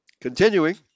Continuing